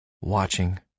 watching